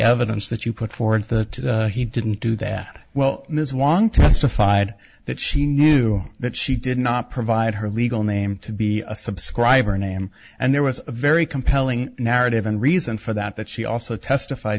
evidence that you put forth the he didn't do that well ms wang testified that she knew that she did not provide her legal name to be a subscriber name and there was a very compelling narrative and reason for that that she also testif